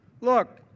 Look